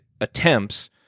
attempts